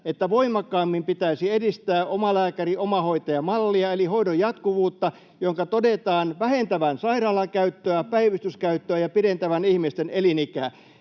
että voimakkaammin pitäisi edistää omalääkäri—omahoitaja-mallia eli hoidon jatkuvuutta, jonka todetaan vähentävän sairaalan käyttöä ja päivystyskäyttöä ja pidentävän ihmisten elinikää.